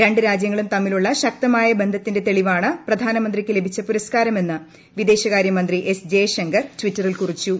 രണ്ടു രാജ്യങ്ങളും തമ്മിലുള്ള ശക്തമായ ബന്ധത്തിന്റെ തെളിവാണ് പ്രധാനമന്ത്രിക്ക് ലഭിച്ച പുരസ്കാരമെന്ന് വിദേശകാര്യമന്ത്രി എസ് ജയശങ്കർ ട്വിറ്ററിൽ കുറിച്ചു